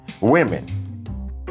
women